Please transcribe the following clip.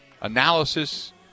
Analysis